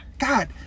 God